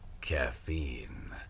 caffeine